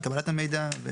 בקבלת המידע.